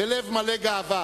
בלב מלא גאווה